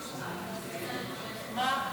של נפטר לשם הולדה,